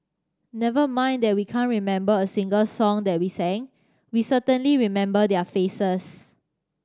never mind that we can't remember a single song that we sing we certainly remember their faces